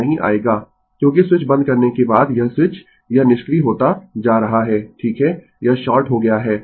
यह नहीं आएगा क्योंकि स्विच बंद करने के बाद यह स्विच यह निष्क्रिय होता जा रहा है ठीक है यह शॉर्ट हो गया है